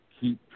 keep